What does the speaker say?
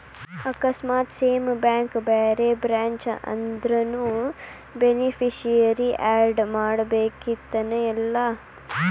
ಆಕಸ್ಮಾತ್ same bank ಬ್ಯಾರೆ branch ಆದ್ರುನೂ ಬೆನಿಫಿಸಿಯರಿ ಆಡ್ ಮಾಡಬೇಕನ್ತೆನಿಲ್ಲಾ